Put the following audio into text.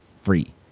free